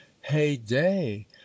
heyday